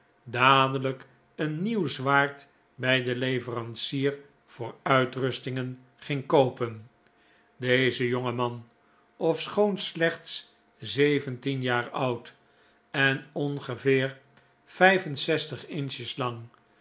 dadelijk een nieuw zwaard bij den leverancier voor uitrustingen ging koopen deze jonge man ofschoon slechts zeventien jaar oud en ongeveer vijf-en-zestig inches lang